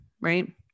right